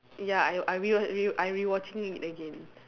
ya I I rewa~ re~ I rewatching it again